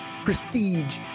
prestige